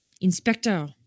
Inspector